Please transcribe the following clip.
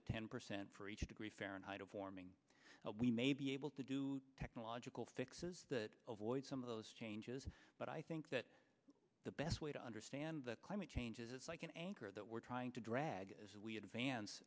to ten percent for each degree fahrenheit of warming we may be able to do technological fixes that avoid some of those changes but i think that the best way to understand that climate change is like an anchor that we're trying to drag as we advance